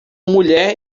mulher